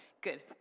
Good